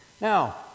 Now